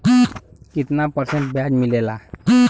कितना परसेंट ब्याज मिलेला?